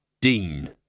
Dean